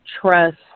trust